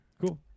Cool